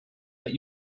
that